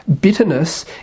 bitterness